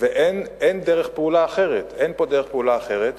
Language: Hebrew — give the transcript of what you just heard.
אין דרך פעולה אחרת, אין פה דרך פעולה אחרת.